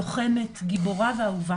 את לוחמת, גיבורה ואהובה.